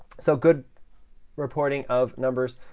so good reporting of numbers,